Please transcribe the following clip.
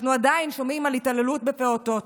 אנחנו עדיין שומעים על התעללות בפעוטות.